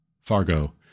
Fargo